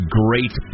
great